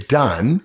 done